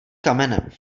kamenem